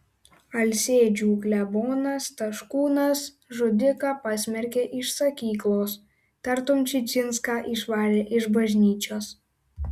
alsėdžių klebonas taškūnas žudiką pasmerkė iš sakyklos tartum čičinską išvarė iš bažnyčios